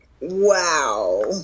Wow